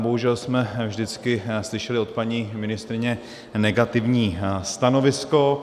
Bohužel jsme vždycky slyšeli od paní ministryně negativní stanovisko.